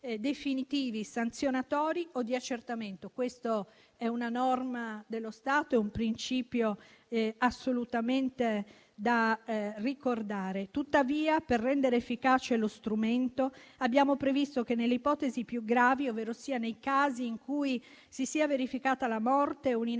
definitivi, sanzionatori o di accertamento. Questa è una norma dello Stato e un principio assolutamente da ricordare. Tuttavia, per rendere efficace lo strumento, abbiamo previsto che nelle ipotesi più gravi, ovverosia nei casi in cui si sia verificata la morte o un'inabilità